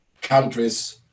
countries